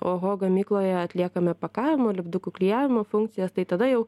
oho gamykloje atliekame pakavimo lipdukų klijavimo funkcijas tai tada jau